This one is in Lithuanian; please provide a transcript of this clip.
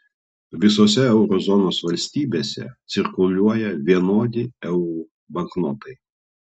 visose euro zonos valstybėse cirkuliuoja vienodi eurų banknotai